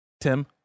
Tim